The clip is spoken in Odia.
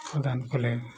ଦାନ କଲେ